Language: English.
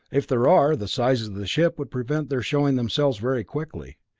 if there are, the size of the ship would prevent their showing themselves very quickly,